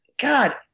god